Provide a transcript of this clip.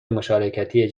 مشارکتی